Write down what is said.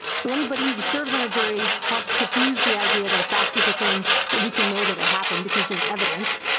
so anybody who serves in a jury helps diffuse the idea that a fact is a thing that we can know that it happened because there's evidence.